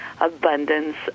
abundance